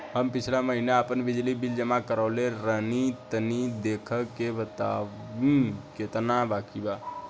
हम पिछला महीना आपन बिजली बिल जमा करवले रनि तनि देखऽ के बताईं केतना बाकि बा?